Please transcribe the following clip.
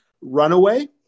Runaway